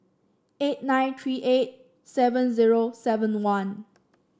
eight nine three eight seven zero seven one